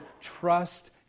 trust